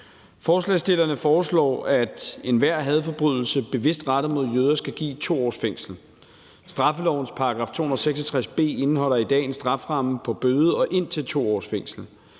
Forslagsstillerne foreslår, at enhver hadforbrydelse bevidst rettet mod jøder skal give 2 års fængsel. Straffelovens § 266 b indeholder i dag en strafferamme på bøde og indtil 2 års fængsel.